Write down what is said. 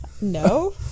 No